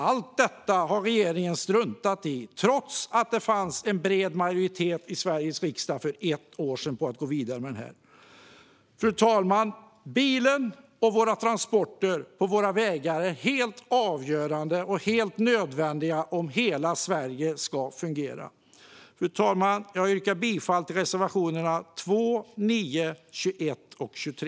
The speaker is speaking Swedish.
Allt detta har regeringen struntat i trots att det för ett år sedan fanns en bred majoritet i Sveriges riksdag att gå vidare med dessa förslag. Fru talman! Bilen och transporterna på vägarna är helt avgörande och nödvändiga om hela Sverige ska fungera. Fru talman! Jag yrkar bifall till reservationerna 2, 9, 21 och 23.